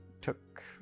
took